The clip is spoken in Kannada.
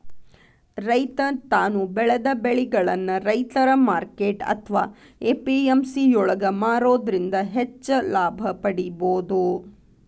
ರೈತ ತಾನು ಬೆಳೆದ ಬೆಳಿಗಳನ್ನ ರೈತರ ಮಾರ್ಕೆಟ್ ಅತ್ವಾ ಎ.ಪಿ.ಎಂ.ಸಿ ಯೊಳಗ ಮಾರೋದ್ರಿಂದ ಹೆಚ್ಚ ಲಾಭ ಪಡೇಬೋದು